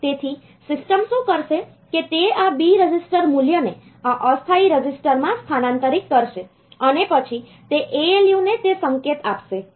તેથી સિસ્ટમ શું કરશે કે તે આ B રજિસ્ટર મૂલ્યને આ અસ્થાયી રજિસ્ટરમાં સ્થાનાંતરિત કરશે અને પછી તે ALU ને તે સંકેત આપશે